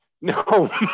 No